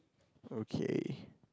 okay